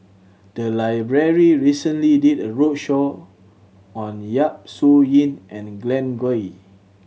the library recently did a roadshow on Yap Su Yin and Glen Goei